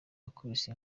yakubise